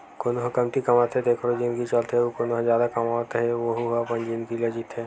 कोनो ह कमती कमाथे तेखरो जिनगी चलथे अउ कोना ह जादा कमावत हे वहूँ ह अपन जिनगी ल जीथे